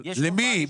למי?